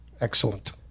Excellent